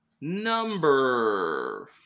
number